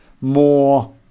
more